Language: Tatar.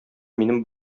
минем